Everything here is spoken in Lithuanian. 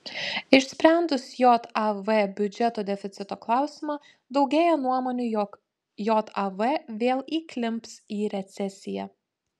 išsprendus jav biudžeto deficito klausimą daugėja nuomonių jog jav vėl įklimps į recesiją